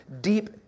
deep